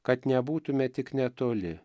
kad nebūtume tik netoli